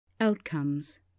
Outcomes